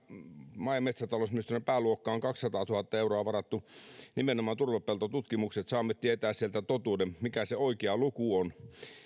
maa ja metsätalousministeriön pääluokkaan on kaksisataatuhatta euroa varattu nimenomaan turvepeltotutkimukseen että saamme tietää sieltä totuuden mikä se oikea luku on